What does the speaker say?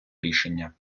рішення